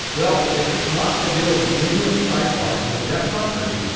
well, if it's not available in your side bar in the desktop version,